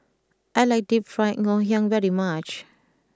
I like Deep Fried Ngoh Hiang very much